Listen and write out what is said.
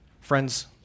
Friends